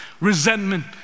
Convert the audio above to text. resentment